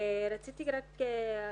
רציתי רק להתייחס